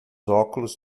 óculos